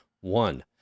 One